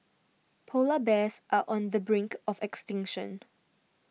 Polar Bears are on the brink of extinction